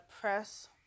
press